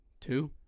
Two